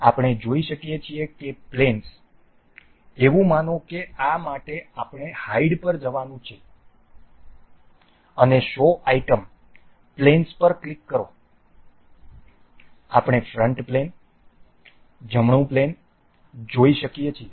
આપણે જોઈ શકીએ છીએ કે પ્લેનસ એવું માનો કે આ માટે આપણે હાઈડ પર જવાનું છે અને શો આઇટમ પ્લેનસ પર ક્લિક કરો આપણે ફ્રન્ટ પ્લેન જમણું પ્લેન જોઈ શકીએ છીએ